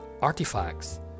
artifacts